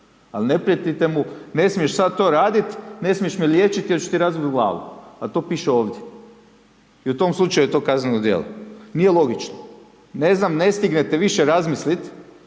ali ne prijetite mu, ne smiješ sada to raditi, ne smiješ me liječiti jer ću ti razbiti glavu a to piše ovdje i u tom slučaju je to kazneno djelo. Nije logično. Ne znam, ne stignete više razmisliti